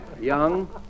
Young